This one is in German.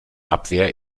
abwehr